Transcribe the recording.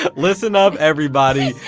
listen up everybody.